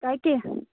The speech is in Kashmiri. کَتہِ